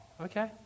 okay